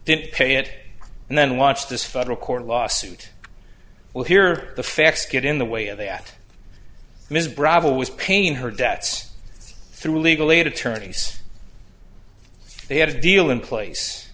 didn't pay it and then watch this federal court lawsuit will hear the facts get in the way of that ms bravo was painting her debts through legal aid attorneys they had a deal in place